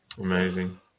Amazing